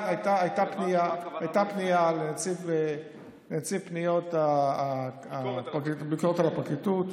פנייה לנציב פניות הביקורת על הפרקליטות,